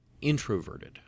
introverted